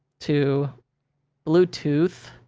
to bluetooth.